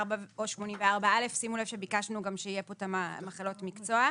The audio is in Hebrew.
או 84א. שימו לב שביקשנו גם שיהיה פה מחלות מקצוע.